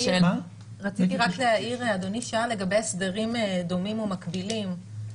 רציתי רק להעיר אדוני שנייה לגבי הסדרים דומים או מקבילים,